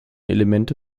elemente